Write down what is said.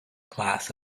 class